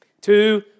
Two